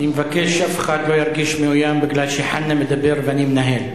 אני מבקש שאף אחד לא ירגיש מאוים מפני שחנא מדבר ואני מנהל.